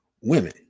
women